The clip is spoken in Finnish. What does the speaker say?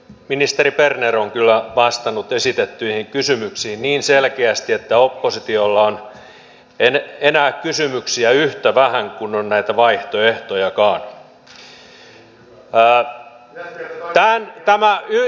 ministeri berner on kyllä vastannut esitettyihin kysymyksiin niin selkeästi että oppositiolla on kysymyksiä enää yhtä vähän kuin on näitä vaihtoehtojakaan